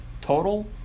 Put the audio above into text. Total